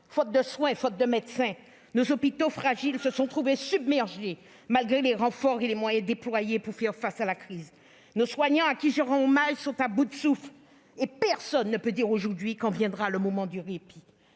faute de soins, faute de médecins ! Nos hôpitaux, déjà fragiles, se sont trouvés submergés, malgré les renforts et les moyens déployés pour faire face à la crise. Nos soignants, auxquels je rends hommage, sont à bout de souffle. Et personne ne peut dire aujourd'hui quand viendra le moment du répit